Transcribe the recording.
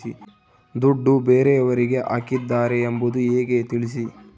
ದುಡ್ಡು ಬೇರೆಯವರಿಗೆ ಹಾಕಿದ್ದಾರೆ ಎಂಬುದು ಹೇಗೆ ತಿಳಿಸಿ?